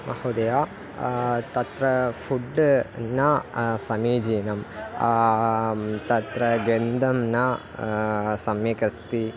महोदय तत्र फ़ुड् न समीचीनं तत्र गन्धः न सम्यक् अस्ति